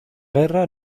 guerra